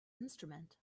instrument